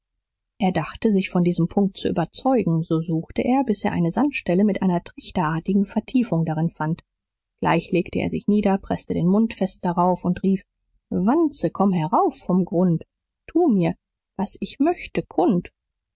er dachte sich von diesem punkt zu überzeugen so suchte er bis er eine sandstelle mit einer trichterartigen vertiefung darin fand gleich legte er sich nieder preßte den mund fest darauf und rief wanze komm herauf vom grund tu mir was ich möchte kund